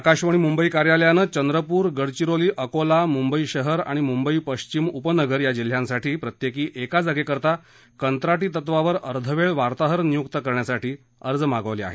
आकाशवाणी मुंबई कार्यालयानं चंद्रपूर गडचिरोली अकोला मुंबई शहर आणि मुंबई पश्विम उपनगर या जिल्ह्यांसाठी प्रत्येकी एका जागेकरता कंत्राटी तत्वावर अर्धवेळ वार्ताहर नियुक्त करण्यासाठ अर्ज मागवले आहेत